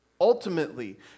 Ultimately